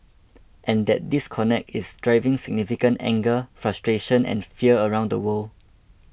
and that disconnect is driving significant anger frustration and fear around the world